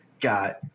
got